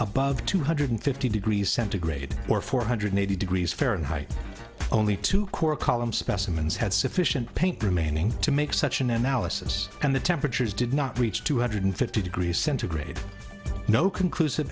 above two hundred fifty degrees centigrade or four hundred eighty degrees fahrenheit only two columns specimens had sufficient paint remaining to make such an analysis and the temperatures did not reach two hundred fifty degrees centigrade no conclusive